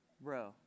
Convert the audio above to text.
Bro